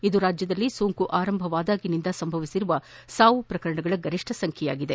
ಇದು ರಾಜ್ಯದಲ್ಲಿ ಸೋಂಕು ಆರಂಭವಾದಾಗಿನಿಂದ ಸಂಭವಿಸಿರುವ ಸಾವು ಪ್ರಕರಣಗಳ ಗರಿಷ್ಠ ಸಂಖ್ಯೆಯಾಗಿದೆ